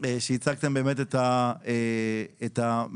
שייצגתם באמת את המעסיקים.